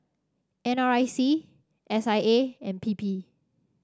N R I C S I A and P P